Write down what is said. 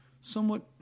somewhat